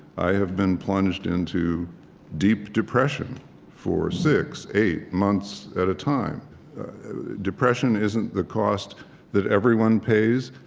i have been plunged into deep depression for six, eight months at a time depression isn't the cost that everyone pays,